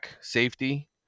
safety